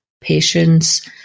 patience